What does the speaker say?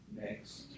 next